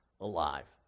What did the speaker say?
alive